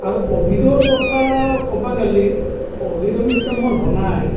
আৰু কোভিডৰ কথা ক'ব গ'লে কোভিড অৱশ্য মোৰ হোৱা নাই